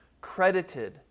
credited